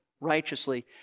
righteously